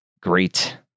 great